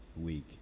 week